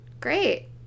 great